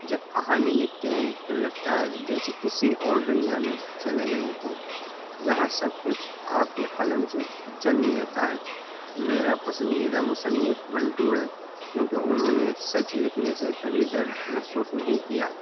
جب کہانی لکھتے ہیں تو لگتا ہے جیسے کسی اور دنیا میں چلے گئے ہوں جہاں سب کچھ آپ کے قلم سے جنم لیتا ہے میرا پسندیدہ مصنف منٹو ہے کیونکہ انہوں نے سچ لکھنے سے کبھی ڈر محسوس نہیں کیا